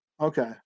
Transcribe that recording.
Okay